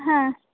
ಹಾಂ